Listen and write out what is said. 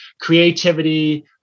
creativity